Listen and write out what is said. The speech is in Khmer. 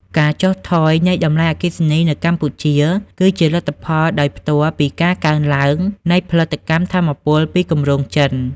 ការចុះថយនៃតម្លៃអគ្គិសនីនៅកម្ពុជា គឺជាលទ្ធផលដោយផ្ទាល់ពីការកើនឡើងនៃផលិតកម្មថាមពលពីគម្រោងចិន។